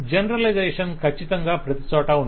generalisation ఖచ్చితంగా ప్రతిచోటా ఉంటుంది